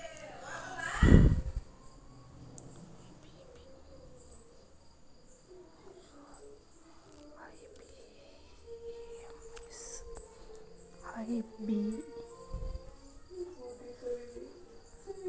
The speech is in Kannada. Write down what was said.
ಐ.ಬಿ.ಎ.ಎನ್ ಅಂದುರ್ ಇಂಟರ್ನ್ಯಾಷನಲ್ ಬ್ಯಾಂಕ್ ಅಕೌಂಟ್ ನಂಬರ್ ಅಂತ ಅಂತಾರ್